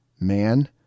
man